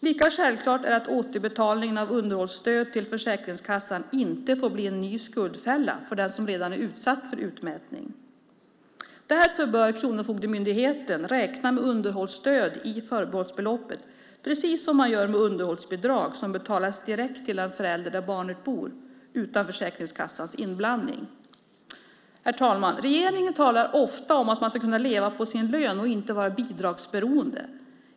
Lika självklart är det att återbetalning av underhållsstöd till Försäkringskassan inte får bli en ny skuldfälla för den som redan är utsatt för utmätning. Därför bör Kronofogdemyndigheten räkna med underhållsstöd i förbehållsbeloppet, precis som man gör med underhållsbidrag som betalas direkt till den förälder där barnet bor utan Försäkringskassans inblandning. Herr talman! Regeringen talar ofta om att man ska leva på sin lön och inte vara bidragsberoende.